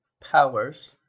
powers